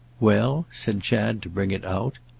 well? said chad to bring it out.